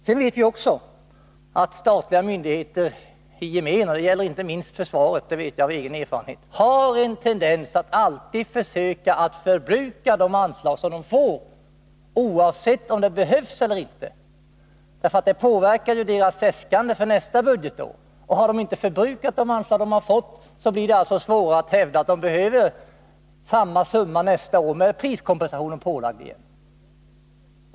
Sedan vet vi också att statliga myndigheter i gemen, och det gälier inte minst försvaret — det vet jag av egen erfarenhet — har en tendens att alltid försöka att förbruka de anslag de får, oavsett om det behövs eller inte. Det påverkar ju deras äskanden för nästa budgetår, och har de inte förbrukat de anslag de har fått blir det svårare att hävda att de behöver samma summa nästa år, med priskompensation pålagd igen.